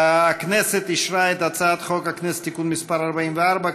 הכנסת אישרה את הצעת חוק הכנסת (תיקון מס' 44),